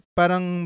parang